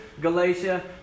Galatia